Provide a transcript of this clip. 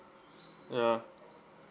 ya